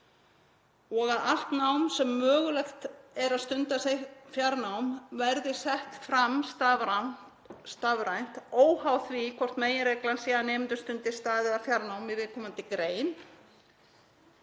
og að allt nám sem mögulegt er að stunda sem fjarnám verði sett fram stafrænt óháð því hvort meginreglan sé að nemendur stundi stað- eða fjarnám í viðkomandi grein.